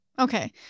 Okay